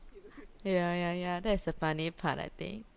ya ya ya that's the funny part I think